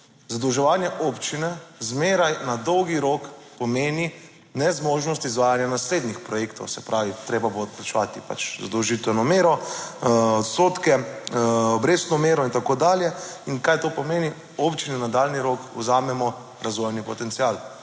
zadolževanje občine zmeraj na dolgi rok pomeni nezmožnost izvajanja naslednjih projektov. Se pravi, treba bo odplačevati pač zadolžitveno mero, odstotke, obrestno mero in tako dalje. Kaj to pomeni? Občini daljni rok vzamemo razvojni potencial